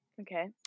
Okay